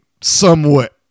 somewhat